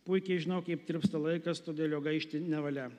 puikiai žinau kaip tirpsta laikas todėl jo gaišti nevalia